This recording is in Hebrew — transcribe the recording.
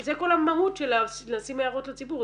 זה כל המהות של לשים הערות לציבור,